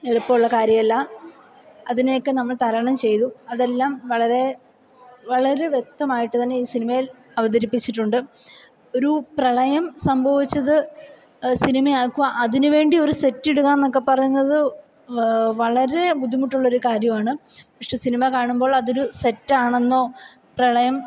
എളുപ്പമുള്ള കാര്യമല്ല അതിനെയൊക്കെ നമ്മൾ തരണം ചെയ്തു അതെല്ലാം വളരെ വളരെ വ്യക്തമായിട്ട് തന്നെ ഈ സിനിമയിൽ അവതരിപ്പിച്ചിട്ടുണ്ട് ഒരു പ്രളയം സംഭവിച്ചത് സിനിമയാക്കുക അതിന് വേണ്ടി ഒരു സെറ്റ് ഇടുക എന്നൊക്കെ പറയുന്നത് വളരെ ബുദ്ധിമുട്ടുള്ള ഒരു കാര്യമാണ് പക്ഷേ സിനിമ കാണുമ്പോൾ അതൊരു സെറ്റ് ആണെന്നോ പ്രളയം